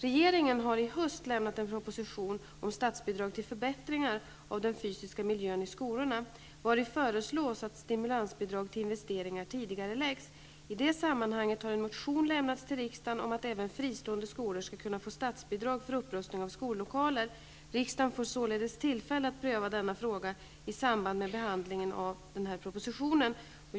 Regeringen har i höst lämnat en proposition detta sammanhang har en motion lämnats till riksdagen om att även fristående skolor skall kunna få statsbidrag för upprustning av skollokaler. Riksdagen får således tillfälle att pröva denna fråga i samband med behandlingen av nämnda proposition.